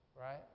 Right